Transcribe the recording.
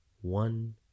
One